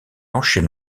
enchaîne